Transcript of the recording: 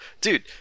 dude